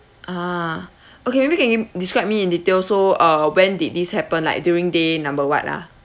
ah okay maybe can give m~ describe me in detail so uh when did this happen like during day number what ah